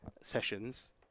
sessions